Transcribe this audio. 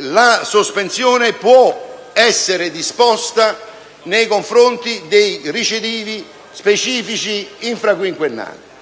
la sospensione può essere disposta nei confronti dei recidivi specifici infraquinquennali.